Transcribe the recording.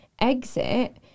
exit